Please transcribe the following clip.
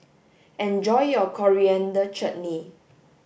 enjoy your coriander chutney